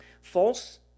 False